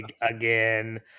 again